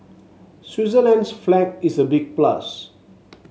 Switzerland's flag is a big plus